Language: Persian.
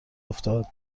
افتاد